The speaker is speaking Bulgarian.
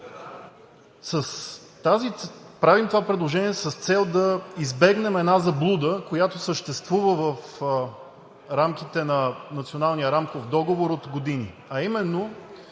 Правим това предложение с цел да избегнем една заблуда, която съществува в рамките на Националния рамков